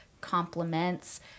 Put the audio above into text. compliments